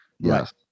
yes